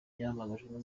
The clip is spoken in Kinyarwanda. yahamagajwe